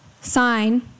sign